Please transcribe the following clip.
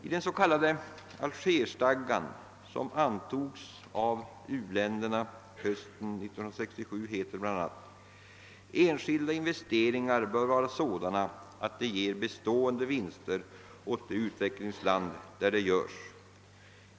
I den s.k. Algerstadgan, som antogs av u-länderna hösten 1967, heter det bl.a.: >Enskilda investeringar bör vara sådana, att de ger bestående vinster åt det utvecklingsland där de görs.